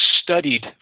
Studied